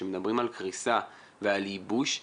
כשמדברים על קריסה ועל ייבוש,